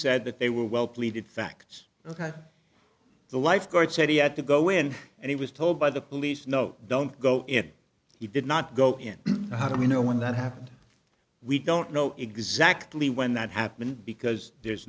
said that they were well pleaded facts ok the lifeguard said he had to go in and he was told by the police no don't go in he did not go in how do we know when that happened we don't know exactly when that happened because there's